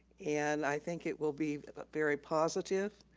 and i think it will be very positive,